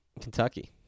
Kentucky